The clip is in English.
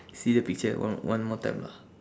see the picture one one more time lah